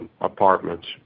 apartments